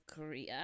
Korea